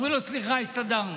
אומרים לו: סליחה, הסתדרנו.